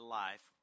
life